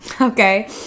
Okay